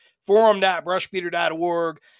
forum.brushbeater.org